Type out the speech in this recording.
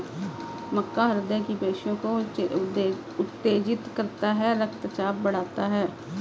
मक्का हृदय की पेशियों को उत्तेजित करता है रक्तचाप बढ़ाता है